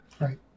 Right